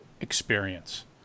experience